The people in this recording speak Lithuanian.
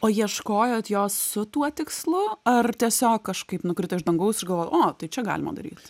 o ieškojot jos su tuo tikslu ar tiesiog kažkaip nukrito iš dangaus ir galvoji o tai čia galima daryt